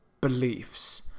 beliefs